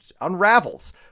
unravels